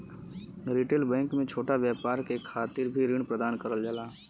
retail bank में छोटा व्यापार के खातिर भी ऋण प्रदान करल जाला